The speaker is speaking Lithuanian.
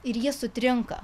ir jie sutrinka